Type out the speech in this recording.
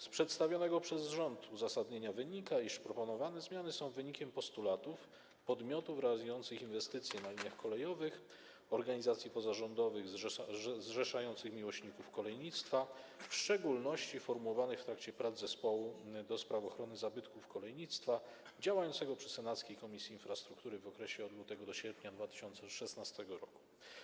Z przedstawionego przez rząd uzasadnienia wynika, iż proponowane zmiany są wynikiem postulatów podmiotów realizujących inwestycje na liniach kolejowych, organizacji pozarządowych zrzeszających miłośników kolejnictwa, w szczególności formułowanych w trakcie prac zespołu do spraw ochrony zabytków kolejnictwa działającego przy senackiej Komisji Infrastruktury w okresie od lutego do sierpnia 2016 r.